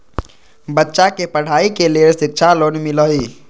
बच्चा के पढ़ाई के लेर शिक्षा लोन मिलहई?